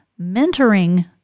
mentoring